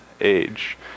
age